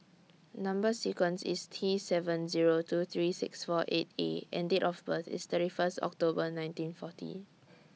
Number sequence IS T seven Zero two three six four eight A and Date of birth IS thirty First October nineteen forty